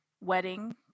wedding